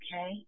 Okay